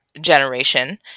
generation